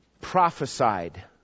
prophesied